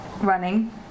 Running